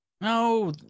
No